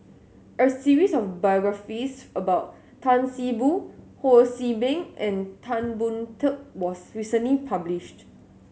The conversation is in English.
a series of biographies about Tan See Boo Ho See Beng and Tan Boon Teik was recently published